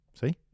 see